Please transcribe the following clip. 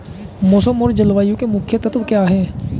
मौसम और जलवायु के मुख्य तत्व क्या हैं?